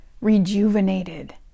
rejuvenated